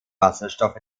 wasserstoff